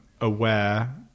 aware